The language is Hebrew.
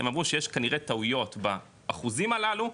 הם אמרו שכנראה יש טעויות באחוזים הללו,